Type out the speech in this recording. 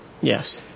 Yes